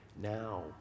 Now